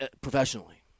professionally